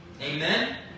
Amen